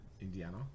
indiana